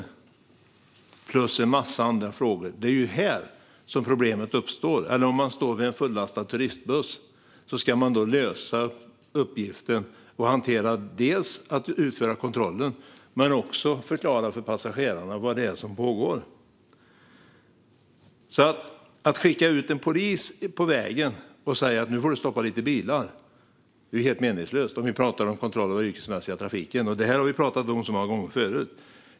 Dessa och en massa andra frågor ska ställas. Det är ju här problemet uppstår. Om man står vid en fullastad turistbuss ska man lösa uppgiften att dels utföra kontrollen, dels förklara för passagerarna vad det är som pågår. Att skicka ut en polis på vägen och säga "nu får du stoppa lite bilar" är helt meningslöst om vi pratar om kontrollen av den yrkesmässiga trafiken. Det här har vi pratat om många gånger förut.